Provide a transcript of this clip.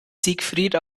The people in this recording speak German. siegfried